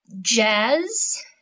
Jazz